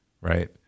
right